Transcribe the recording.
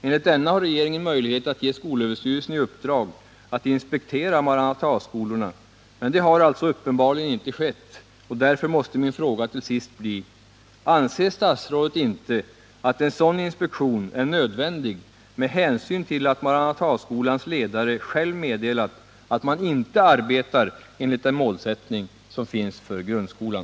Enligt denna har regeringen möjlighet att ge skolöverstyrelsen i uppdrag att inspektera Maranataskolorna, men det har alltså uppenbarligen inte skett och därför måste min fråga till sist bli: Anser statsrådet inte att en sådan inspektion är nödvändig med hänsyn till att Maranataskolans ledare själv meddelat att man inte arbetar enligt den målsättning som finns för grundskolan?